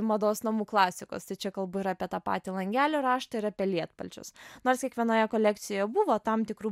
mados namų klasikos tai čia kalbu ir apie tą patį langelių raštą ir apie lietpalčius nors kiekvienoje kolekcijoje buvo tam tikrų